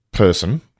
person